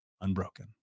unbroken